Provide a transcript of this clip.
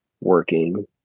working